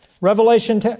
Revelation